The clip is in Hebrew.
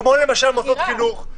כמו למשל מוסדות חינוך.